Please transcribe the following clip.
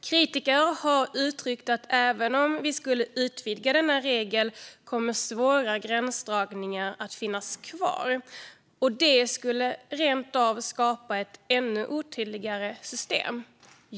Kritiker har uttryckt att även om vi skulle utvidga denna regel kommer svåra gränsdragningar att finnas kvar, och det skulle rent av skapa ett ännu otydligare system.